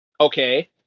Okay